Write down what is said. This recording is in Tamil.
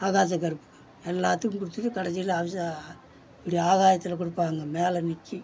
ஆகாசகருப்புக்கு எல்லாத்துக்கும் கொடுத்துட்டு கடைசியில் அபிஷா இப்படி ஆகாயத்தில் கொடுப்பாங்க மேலே நிற்கும்